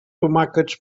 tomàquets